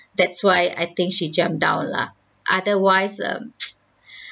that's why I think she jumped down lah otherwise um